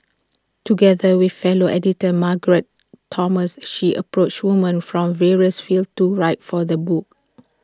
together with fellow editor Margaret Thomas she approached women from various fields to write for the book